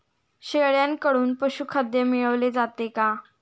शेळ्यांकडून पशुखाद्य मिळवले जाते का?